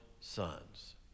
sons